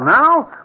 now